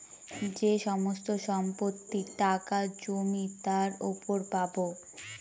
যে সমস্ত সম্পত্তি, টাকা, জমি তার উপর পাবো